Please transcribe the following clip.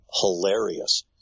hilarious